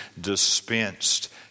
dispensed